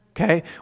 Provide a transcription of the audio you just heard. Okay